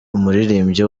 umuririmbyi